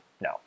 No